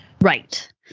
right